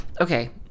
okay